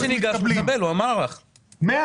הוא אמר לך שמי שניגש מתקבל.